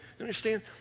understand